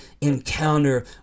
encounter